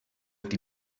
die